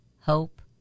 hope